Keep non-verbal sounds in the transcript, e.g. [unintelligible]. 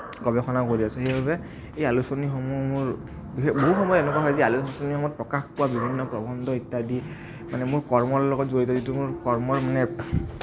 গৱেষণা কৰি আছোঁ সেইবাবে এই আলোচনীসমূহ মোৰ [unintelligible] বহুত সময়ত এনেকুৱা হয় যে আলোচনীখনত প্ৰকাশ পোৱা বিভিন্ন প্ৰবন্ধ ইত্যাদি মানে মোৰ কৰ্মৰ লগত জড়িত যিটো মোৰ কৰ্মৰ মানে